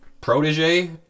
protege